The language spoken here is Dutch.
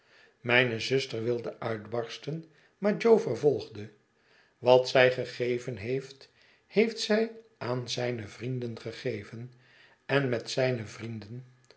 mijne zuster wilde uitbarsten maar jo vervolgde wat zij gegeven heeft heeft zij aan zijne vrienden gegeven en met zijne vrienden